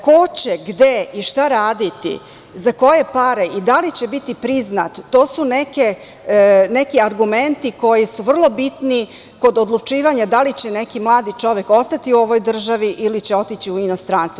Ko će gde i šta raditi, za koje pare i da li će biti priznat, to su neki argumenti koji su vrlo bitni kod odlučivanja, da li će neki mladi čovek ostati u ovoj državi ili će otići u inostranstvo?